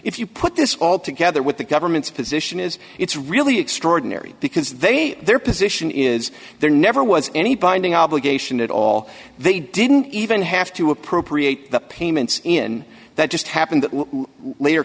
if you put this all together with the government's position is it's really extraordinary because they say their position is there never was any binding obligation at all they didn't even have to appropriate the payments in that just happened later